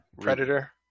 Predator